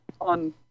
on